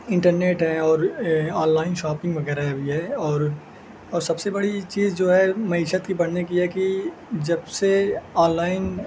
internet ہے اور online shopping وغیرہ ہے بھی ہے اور اور سب سے بڑی چیز جو ہے معیشت کی پڑھنے کی ہے کہ جب سے آنلائن